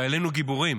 חיילינו גיבורים.